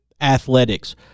athletics